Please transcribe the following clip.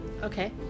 Okay